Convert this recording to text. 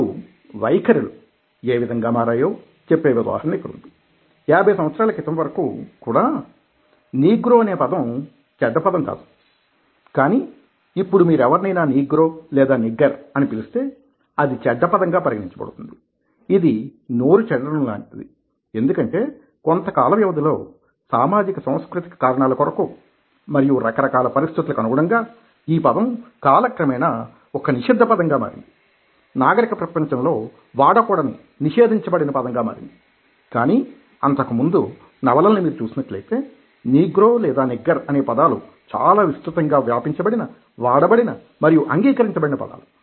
ఇప్పుడు వైఖరిలు ఏ విధంగా మారాయో చెప్పే ఉదాహరణ ఇక్కడ ఉంది 50 సంవత్సరాల క్రితం వరకు కూడా నీగ్రో అనే పదం చెడ్డ పదం కాదు కానీ ఇప్పుడు మీరు ఎవరినైనా నీగ్రో లేదా నిగ్గర్ అని పిలిస్తే అదిచెడ్డ పదంగా పరిగణించబడుతుంది ఇది నోరు చెడడంలాంటిది ఎందుకంటే కొంత కాల వ్యవధిలో సామాజిక సాంస్కృతిక కారణాల కొరకు మరియు రకరకాల పరిస్థితులకి అనుగుణంగా ఈ పదం కాలక్రమేణా ఒక నిషిద్ధ పదంగా మారింది నాగరిక ప్రపంచంలో లో వాడకూడని నిషేధించబడిన పదంగా మారింది కానీ అంతకుముందు నవలలని మీరు చూసినట్లయితే నీగ్రో లేదా నిగ్గర్ అనే పదాలు చాలా విస్తృతంగా వ్యాపించ బడిన వాడబడిన మరియు అంగీకరించబడిన పదాలు